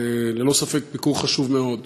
ללא ספק ביקור חשוב מאוד,